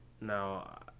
Now